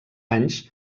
anys